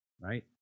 Right